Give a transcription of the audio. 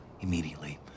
immediately